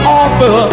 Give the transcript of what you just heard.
offer